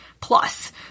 plus